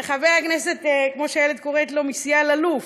חבר הכנסת, כמו שאיילת קוראת לו, מסייה אלאלוף.